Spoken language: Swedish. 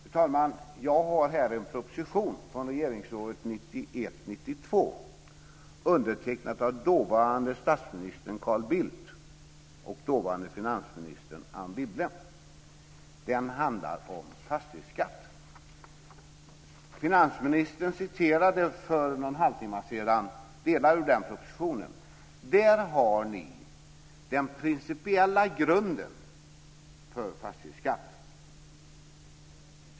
Fru talman! Jag har här en proposition från riksdagsåret 1991/92 undertecknad av dåvarande statsministern Carl Bildt och dåvarande finansministern Anne Wibble. Den handlar om fastighetsskatt. Finansministern citerade för någon halvtimme sedan delar ur den propositionen. Där har ni den principiella grunden för fastighetsskatt.